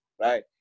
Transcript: right